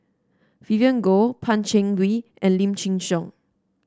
Vivien Goh Pan Cheng Lui and Lim Chin Siong